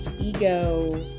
Ego